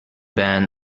ban